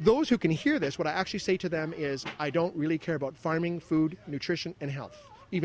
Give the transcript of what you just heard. those who can hear this what i actually say to them is i don't really care about finding food nutrition and h